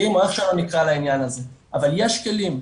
אבל יש כלים,